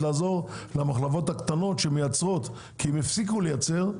לעזור למחלבות הקטנות שמייצרות כי הן הפסיקו לייצר.